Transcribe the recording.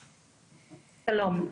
שלום.